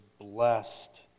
blessed